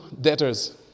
debtors